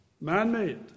man-made